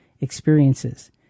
experiences